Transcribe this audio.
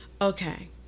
Okay